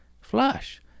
Flush